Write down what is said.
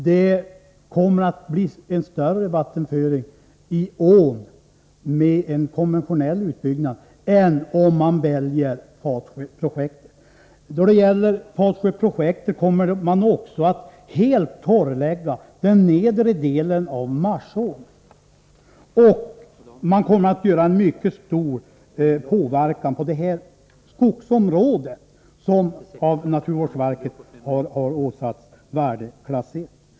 Det kommer att bli en större vattenföring i ån med en konventionell utbyggnad än om man väljer Fatsjöprojektet. Då det gäller Fatsjöprojektet kommer man också att helt torrlägga den nedre delen av Marsån, och det kommer att göra mycket stor åverkan på de skogsområden som av naturvårdsverket åsatts värdeklass I.